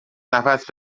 نفس